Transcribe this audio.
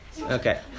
Okay